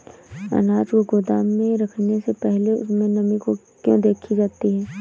अनाज को गोदाम में रखने से पहले उसमें नमी को क्यो देखी जाती है?